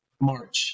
March